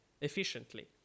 efficiently